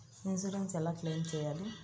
Insurance ఎలా claim చేయాలి?